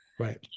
right